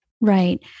Right